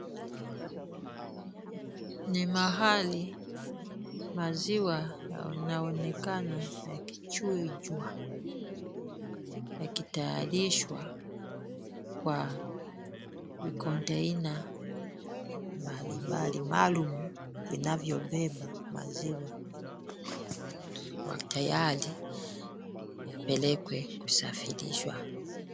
Ni mahali maziwa yanaonekana yakichujwa yakitayarashwa kwa vikontena mbalimbali maalumu vinavyobeba maziwa kwa tayari yapelekwe kusafirishwa.